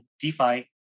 DeFi